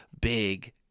big